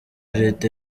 leta